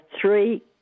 three